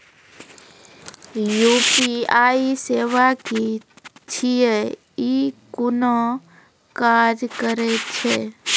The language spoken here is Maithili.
यु.पी.आई सेवा की छियै? ई कूना काज करै छै?